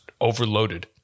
overloaded